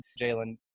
Jalen